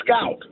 scout